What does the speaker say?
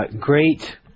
great